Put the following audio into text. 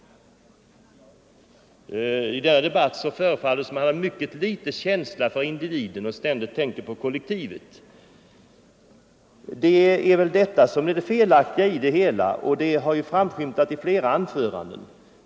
I denna debatt förefaller det som om man har mycket litet känsla för individen och ständigt tänker på kollektivet. Det är väl detta som är det felaktiga, och det har framskymtat i flera anföranden.